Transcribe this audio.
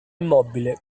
immobile